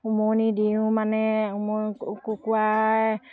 উমনি দিওঁ মানে উম কুকুৰাই